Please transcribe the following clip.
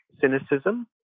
cynicism